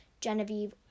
Genevieve